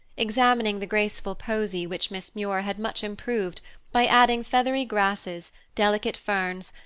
examining the graceful posy which miss muir had much improved by adding feathery grasses, delicate ferns,